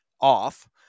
off